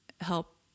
help